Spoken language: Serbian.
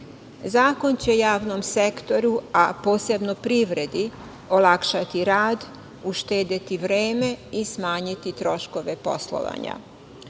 će javnom sektoru, a posebno privredi olakšati rad, uštedeti vreme i smanjiti troškove poslovanja.